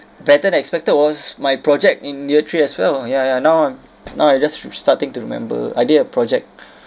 better than expected was my project in year three as well ya ya now now I just starting to remember I did a project